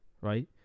right